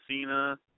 Cena